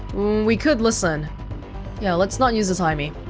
we could listen yeah, let's not use the timie